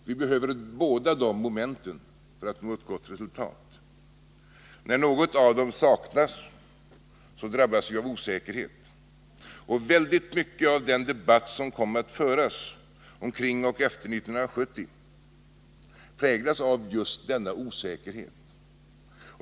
Vi behöver båda dessa moment för att nå ett gott resultat. När något av dem saknas, drabbas vi av osäkerhet. Väldigt mycket av den debatt som kom att föras omkring och efter 1970 präglades av just denna osäkerhet.